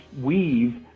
weave